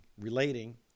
relating